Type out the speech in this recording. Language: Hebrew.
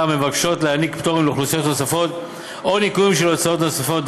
המבקשות להעניק פטורים לאוכלוסיות נוספות או ניכויים של הוצאות נוספות,